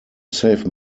save